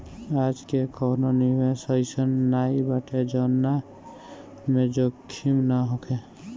आजके कवनो निवेश अइसन नाइ बाटे जवना में जोखिम ना होखे